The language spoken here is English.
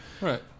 Right